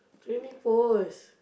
trainee post